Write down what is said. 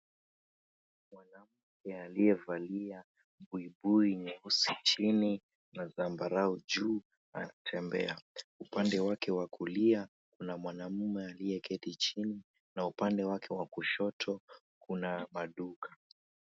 Mwanamke aliyevalia buibui nyeusi chini na zambarau juu anatembea. Upande wake wa kulia kuna mwanaume aliyeketi chini na upande wake wa kushoto kuna maduka.